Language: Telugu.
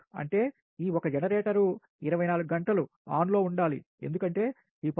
అంటే ఈ ఒక జెనరేటర్ 24 గంటలు ఆన్లో ఉండాలి ఎందుకంటే ఈ 0